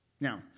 Now